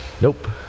Nope